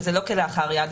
וזה לא כלאחר יד.